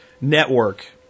Network